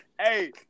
Hey